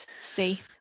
see